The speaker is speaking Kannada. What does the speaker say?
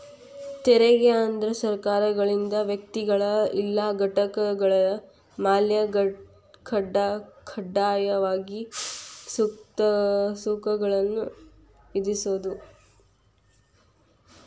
ತೆರಿಗೆ ಅಂದ್ರ ಸರ್ಕಾರಗಳಿಂದ ವ್ಯಕ್ತಿಗಳ ಇಲ್ಲಾ ಘಟಕಗಳ ಮ್ಯಾಲೆ ಕಡ್ಡಾಯವಾಗಿ ಸುಂಕಗಳನ್ನ ವಿಧಿಸೋದ್